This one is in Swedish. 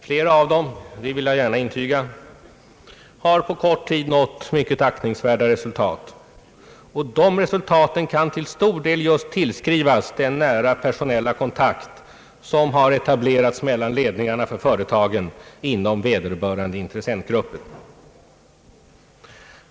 Flera av dem har, det vill jag gärna intyga, på kort tid nått mycket aktningsvärda resultat, som till stor del kan tillskrivas just den nära personella kontakt som har etablerats mellan företagsledningarna inom vederbörande intressentgrupper.